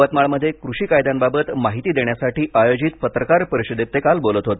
यवतमाळमध्ये कृषी कायद्यांबाबत माहिती देण्यासाठी आयोजित पत्रकार परिषदेत ते काल बोलत होते